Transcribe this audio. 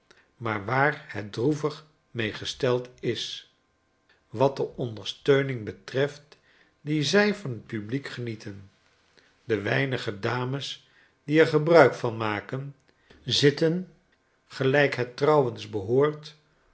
maar waar het droevig mee gesteldis wat de ondersteuningbetreft die zij van f t publiek genieten de weinige dames die er gebruik van maken zitten